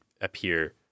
appear